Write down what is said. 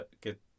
get